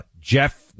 Jeff